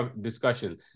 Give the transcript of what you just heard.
discussion